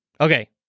Okay